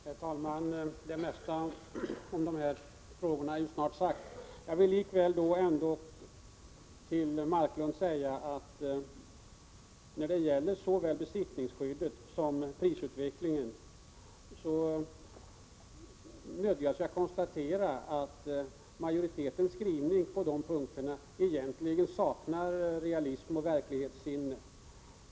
Herr talman! Det mesta om dessa frågor är snart sagt. Jag vill ändå till Leif Marklund säga att jag när det gäller såväl besittningsskyddet som prisutvecklingen nödgas konstatera att majoritetens skrivning på dessa punkter egentligen saknar realism och verklighetssinne.